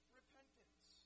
repentance